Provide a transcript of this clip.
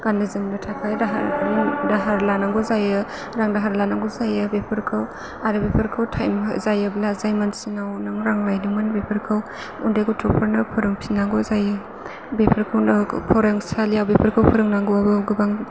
गाननो जोमनो थाखाय रां दाहार लानांगौ जायो रां दाहार लानांगौ जायो बेफोरखौ आरो बेफोरखौ टाइम जायोब्ला जाय मानसिनाव नों रां लायदोंमोन बेफोरखौ उन्दै गथ'फोरनो फोरोंफिननांगौ जायो बेफोरखौनो फोरोंसालिया बेफोरखौ फोरोंनांगौ गोबां